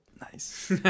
Nice